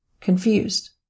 confused